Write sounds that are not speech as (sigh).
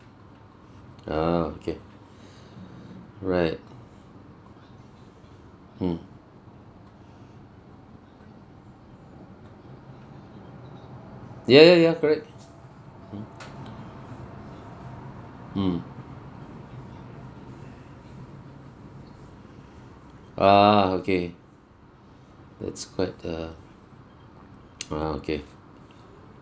ah okay right hmm ya ya ya correct hmm mm ah okay that's quite uh (noise) ah okay